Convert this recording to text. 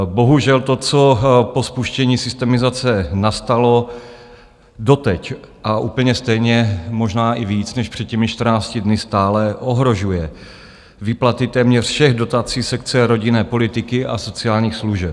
Bohužel to, co po spuštění systemizace nastalo, doteď a úplně stejně, možná i víc než před těmi čtrnácti dny stále ohrožuje výplaty téměř všech dotací sekce rodinné politiky a sociálních služeb.